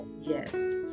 yes